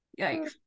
Yikes